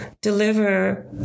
deliver